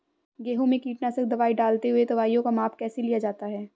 गेहूँ में कीटनाशक दवाई डालते हुऐ दवाईयों का माप कैसे लिया जाता है?